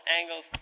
angles